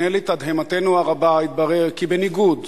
והנה, לתדהמתנו הרבה, התברר כי בניגוד